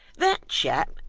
that chap,